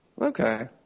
Okay